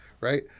Right